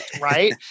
right